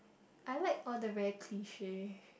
I like all the very cliche